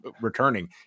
returning